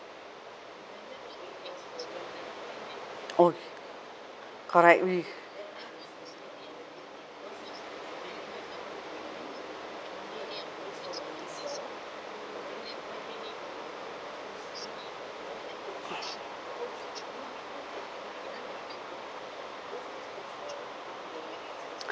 oh correct we